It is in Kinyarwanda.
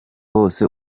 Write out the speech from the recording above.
bose